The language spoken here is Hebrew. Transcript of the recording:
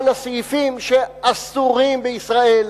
על הסעיפים שאסורים בישראל,